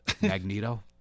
Magneto